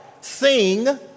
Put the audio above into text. sing